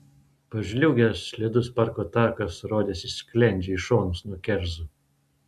pažliugęs slidus parko takas rodėsi sklendžia į šonus nuo kerzų